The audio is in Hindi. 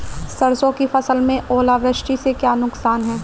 सरसों की फसल में ओलावृष्टि से क्या नुकसान है?